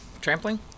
Trampling